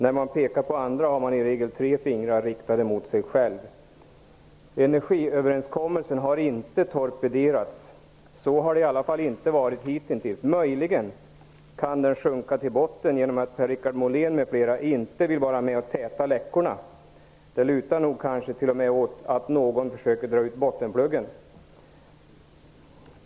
När man pekar på andra har man i regel tre fingrar riktade mot sig själv. Energiöverenskommelsen har inte torpederats. Så har det i alla fall inte varit hittills. Möjligen kan den sjunka till botten genom att Per-Richard Molén m.fl. inte vill vara med och täta läckorna. Det lutar kanske t.o.m. åt att någon försöker dra ur bottenpluggen.